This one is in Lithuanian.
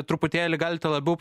truputėlį galite labiau